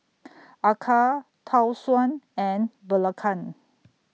Acar Tau Suan and Belacan